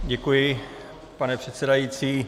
Děkuji, pane předsedající.